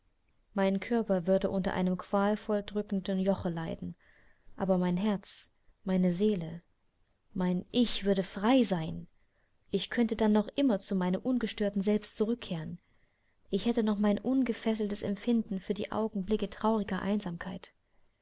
mein körper würde unter einem qualvoll drückenden joche leiden aber mein herz meine seele mein ich würden frei sein ich könnte dann noch immer zu meinem ungestörten selbst zurückkehren ich hätte noch mein ungefesseltes empfinden für die augenblicke trauriger einsamkeit